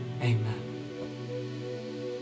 Amen